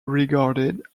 regarded